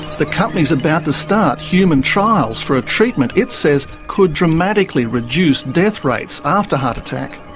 the company is about to start human trials for a treatment it says could dramatically reduce death rates after heart attack.